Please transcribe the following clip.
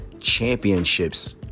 championships